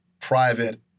private